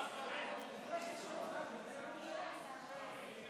חברות וחברי הכנסת,